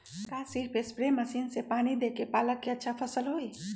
का सिर्फ spray machine से पानी देके पालक के अच्छा फसल होई?